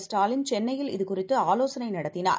ஸ்டாலின்சென்னையில்இதுகுறித்துஆலோசனைநடத்தினார்